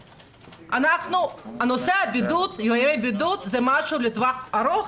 ענייני בידוד זה לטווח ארוך,